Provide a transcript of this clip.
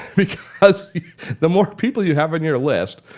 because the more people you have on your list,